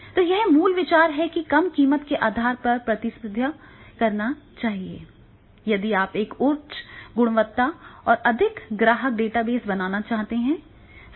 तो यह मूल विचार है कि कम कीमत के आधार पर प्रतिस्पर्धा करनी चाहिए यदि आप एक उच्च गुणवत्ता और अधिक ग्राहक डेटाबेस बनाना चाहते हैं